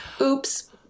Oops